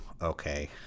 okay